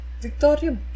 Victoria